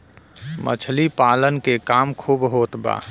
मछली पालन के काम खूब होत बा